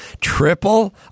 Triple